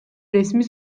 resmi